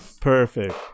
Perfect